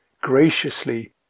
Graciously